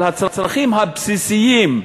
על הצרכים הבסיסיים,